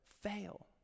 fail